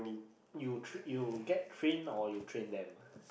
you tr~ you get trained or you train them